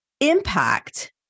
Impact